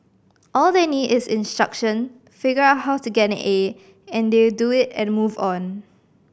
all they need is instruction figure out how to get an A and they do it and move on